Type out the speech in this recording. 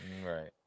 right